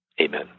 Amen